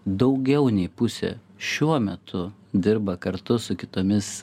daugiau nei pusė šiuo metu dirba kartu su kitomis